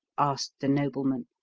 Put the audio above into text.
asked the nobleman,